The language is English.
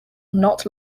not